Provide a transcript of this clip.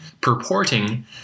purporting